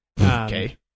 okay